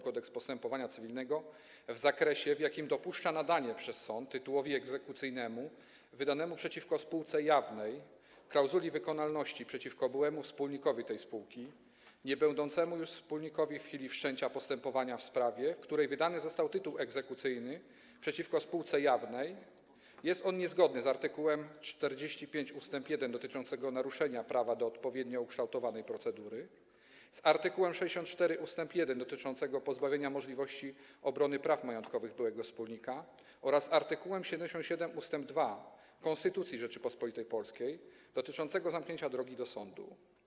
Kodeks postępowania cywilnego w zakresie, w jakim dopuszcza nadanie przez sąd tytułowi egzekucyjnemu, wydanemu przeciwko spółce jawnej, klauzuli wykonalności przeciwko byłemu wspólnikowi tej spółki, niebędącemu już wspólnikiem w chwili wszczęcia postępowania w sprawie, w której wydany został tytuł egzekucyjny przeciwko spółce jawnej, z art. 45 ust. 1, jeśli chodzi o naruszenie prawa do odpowiednio ukształtowanej procedury, z art. 64 ust. 1, jeśli chodzi o pozbawienie możliwości obrony praw majątkowych byłego wspólnika, oraz z art. 77 ust. 2 Konstytucji Rzeczypospolitej Polskiej, jeśli chodzi o zamknięcie drogi do sądu.